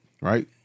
right